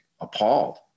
appalled